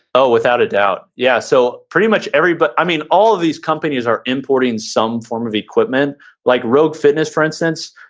oh, without a doubt, yeah. so pretty much, but i mean, all of these companies are importing some form of equipment like rogue fitness, for instance,